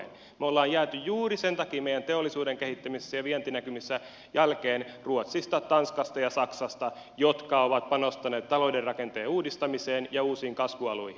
me olemme jääneet juuri sen takia meidän teollisuutemme kehittämisessä ja vientinäkymissä jälkeen ruotsista tanskasta ja saksasta jotka ovat panostaneet talouden rakenteen uudistamiseen ja uusiin kasvualoihin